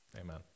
amen